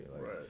Right